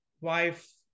wife